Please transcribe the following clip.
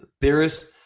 theorists